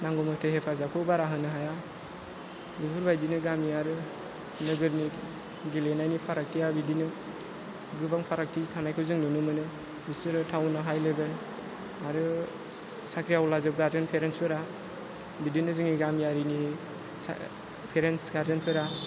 नांगौ मथे हेफाजाबखौ बारा होनो हाया बेफोरबायदिनो गामि आरो नोगोरनि गेलेनायनि फारागथिया बिदिनो गोबां फारागथि थानायखौ जों नुनो मोनो बिसोरो टाउनाव हाइ लेभेल आरो साख्रिआवलाजोब गारजेन पेरेन्सफोरा बिदिनो जोंनि गामियारिनि पेरेन्स गारजेनफोरा